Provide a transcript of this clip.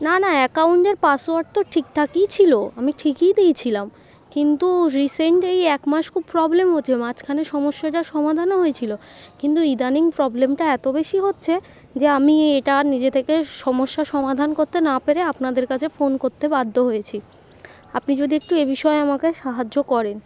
না না অ্যাকাউন্টের পাসওয়ার্ড তো ঠিকঠাকই ছিল আমি ঠিকই দিয়েছিলাম কিন্তু রিসেন্ট এই এক মাস খুব প্রবলেম হচ্ছে মাঝখানে সমস্যাটার সমাধানও হয়েছিল কিন্তু ইদানিং প্রবলেমটা এত বেশি হচ্ছে যে আমি এটা আর নিজে থেকে সমস্যার সমাধান করতে না পেরে আপনাদের কাছে ফোন করতে বাধ্য হয়েছি আপনি যদি একটু এ বিষয়ে আমাকে সাহায্য করেন